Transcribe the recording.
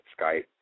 Skype